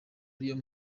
ariyo